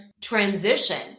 transition